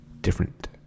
different